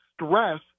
stress